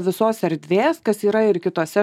visos erdvės kas yra ir kitose